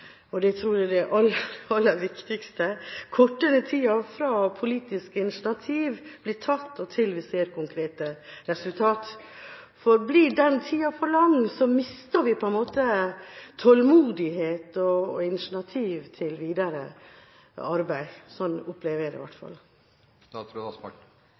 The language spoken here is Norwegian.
det tror jeg er det aller viktigste – fra politisk initiativ blir tatt, og til vi ser konkrete resultater? Blir den tida for lang, mister vi på en måte tålmodighet og initiativ til videre arbeid. Sånn opplever jeg det i hvert